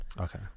Okay